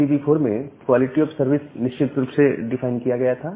IPv4 में quality of service निश्चित रूप से डिफाइन किया गया था